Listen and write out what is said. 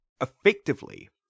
effectively